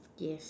yes